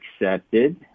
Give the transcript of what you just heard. accepted